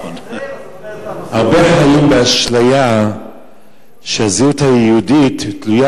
הרבה חיים באשליה שהזהות היהודית תלויה